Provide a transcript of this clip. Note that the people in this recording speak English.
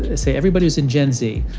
say, everybody who's in gen z,